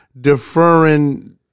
deferring